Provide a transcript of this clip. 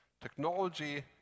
technology